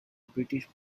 british